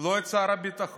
לא את שר הביטחון,